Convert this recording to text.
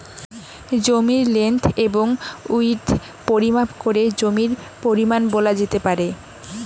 জমির লেন্থ এবং উইড্থ পরিমাপ করে জমির পরিমান বলা যেতে পারে